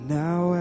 now